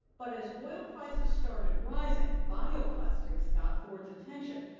but as oil prices started rising, bio-plastics got ford's attention.